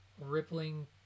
rippling